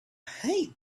hate